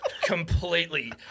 completely